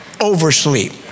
oversleep